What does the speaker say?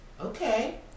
Okay